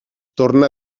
torna